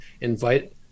invite